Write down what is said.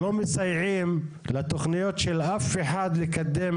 גם בנגב מציק מאוד העדר מט"שים.